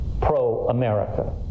pro-America